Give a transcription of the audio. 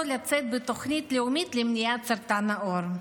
לצאת בתוכנית לאומית למניעת סרטן העור.